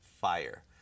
fire